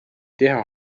teha